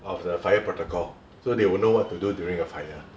of the fire protocol so they will know what to do during a fire